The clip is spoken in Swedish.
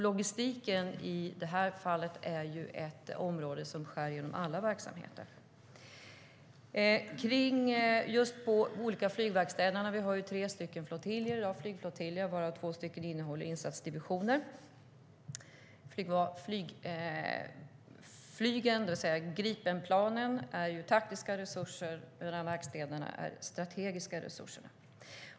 Logistiken är i det här fallet ett område som skär genom alla verksamheter. Vi har tre flygflottiljer i dag, varav två innehåller insatsdivisioner. Flyget, det vill säga Gripenplanen, är taktiska resurser medan verkstäderna är strategiska resurser.